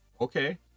Okay